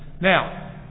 Now